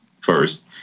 first